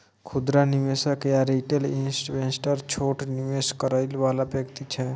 खुदरा निवेशक या रिटेल इन्वेस्टर छोट निवेश करइ वाला व्यक्ति छै